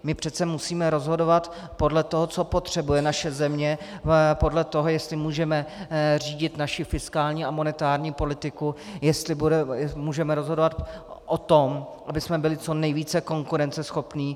My přece musíme rozhodovat podle toho, co potřebuje naše země, podle toho, jestli můžeme řídit naši fiskální a monetární politiku, jestli můžeme rozhodovat o tom, abychom byli co nejvíce konkurenceschopní.